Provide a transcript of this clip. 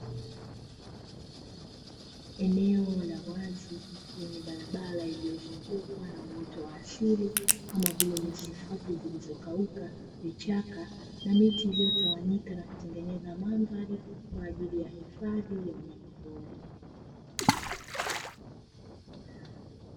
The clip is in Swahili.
Eneo la wazi lenye barabara iliyozungukwa na uoto wa asili kama vile nyasi fupi zilizokauka, vichaka na miti iliyotawanyika na kutengeneza mandhari kwa ajili ya hifadhi ya wanyama pori.